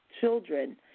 children